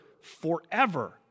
forever